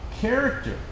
character